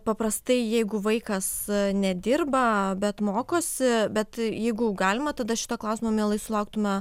paprastai jeigu vaikas nedirba bet mokosi bet jeigu galima tada šito klausimo mielai sulauktume